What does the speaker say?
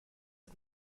and